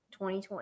2020